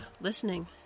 listening